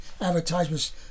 Advertisements